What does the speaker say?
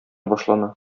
башлана